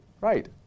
right